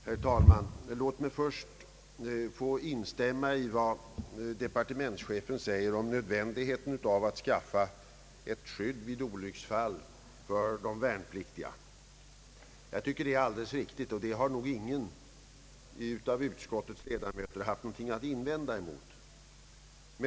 Herr talman! Låt mig först få instämma i vad departementschefen säger om nödvändigheten av att skapa ett skydd för de värnpliktiga vid olycksfall. Jag tycker det är alldeles riktigt, och det har nog ingen av utskottets ledamöter haft någonting att invända mot.